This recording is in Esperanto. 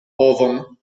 ovon